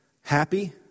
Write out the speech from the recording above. Happy